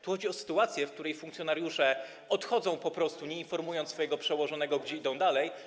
Tu chodzi o sytuację, w której funkcjonariusze odchodzą, nie informując swojego przełożonego, gdzie idą dalej.